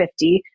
50